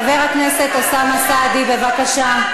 חבר הכנסת אוסאמה סעדי, בבקשה.